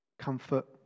comfort